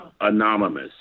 Anonymous